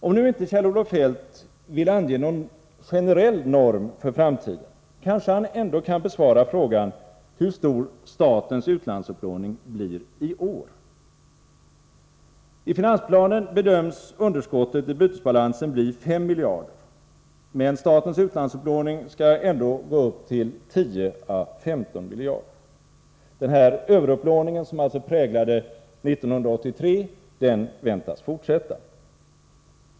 Om nu inte Kjell-Olof Feldt vill ange någon generell norm för framtiden, kanske han ändå kan besvara frågan hur stor statens utlandsupplåning blir i år. I finansplanen bedöms underskottet i bytesbalansen bli 5 miljarder, men statens utlandsupplåning skall ändå gå upp till 10 å 15 miljarder. Den överupplåning som alltså präglade 1983 väntas fortsätta.